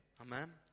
Amen